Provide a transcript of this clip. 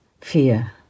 fear